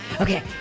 okay